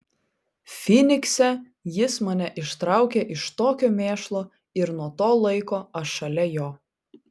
fynikse jis mane ištraukė iš tokio mėšlo ir nuo to laiko aš šalia jo